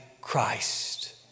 Christ